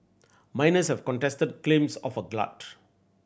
miners have contested claims of a glut